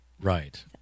Right